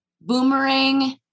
boomerang